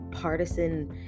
Partisan